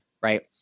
Right